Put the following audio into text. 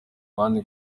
kandi